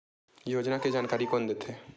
योजना के जानकारी कोन दे थे?